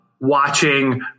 Watching